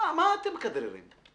למה אתם מכדררים?